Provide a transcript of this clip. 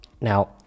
Now